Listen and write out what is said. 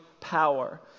power